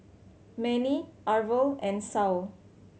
Manie Arvel and Saul